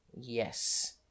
Yes